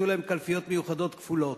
עשו להם קלפיות מיוחדות כפולות,